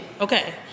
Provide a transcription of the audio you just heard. Okay